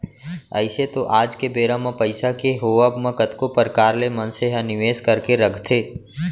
अइसे तो आज के बेरा म पइसा के होवब म कतको परकार ले मनसे ह निवेस करके रखथे